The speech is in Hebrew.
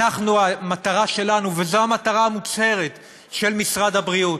וזאת המטרה המוצהרת של משרד הבריאות,